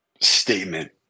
statement